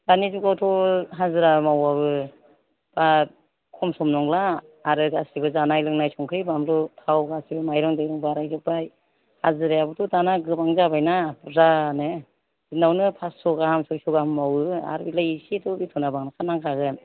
दानि जुगावथ' हाजिरा मावबाबो दा खम सम नंला आरो गासैबो जानाय लोंनाय संख्रि बानलु थाव गासैबो माइरं दैरं बारायजोब्बाय हाजिरायाबोथ' दाना गोबां जाबायना बुरजानो दिनावनो पास्स' गाहाम सयस' गाहाम मावो आरो बेलाय एसेथ' बेथ'ना बांखानांगोन